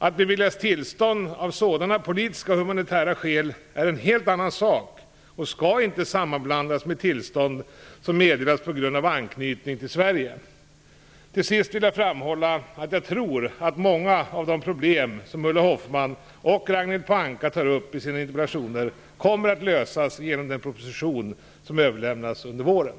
Att beviljas tillstånd av sådana politiska och humanitära skäl är en helt annan sak och skall inte sammanblandas med tillstånd som meddelas på grund av anknytning till Till sist vill jag framhålla att jag tror att många av de problem som Ulla Hoffmann och Ragnhild Pohanka tar upp i sina interpellationer kommer att lösas i den proposition som överlämnas under våren.